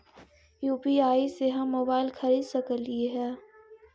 UPI से हम mobile खरिद सकलिऐ है